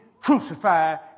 crucified